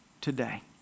Today